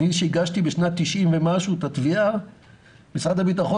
כשהגשתי תביעה בשנת 90 ומשהו משרד הביטחון